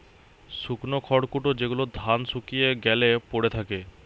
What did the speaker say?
শুকনো খড়কুটো যেগুলো ধান শুকিয়ে গ্যালে পড়ে থাকে